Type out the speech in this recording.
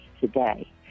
today